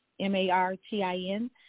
m-a-r-t-i-n